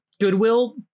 Goodwill